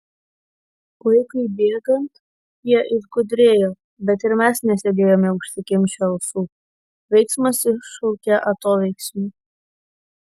laikui bėgant jie išgudrėjo bet ir mes nesėdėjome užsikimšę ausų veiksmas iššaukia atoveiksmį